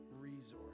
resource